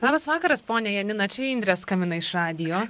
labas vakaras ponia janina čia indrė skambina iš radijo